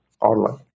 online